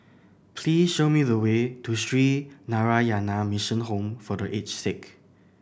please show me the way to Sree Narayana Mission Home for The Aged Sick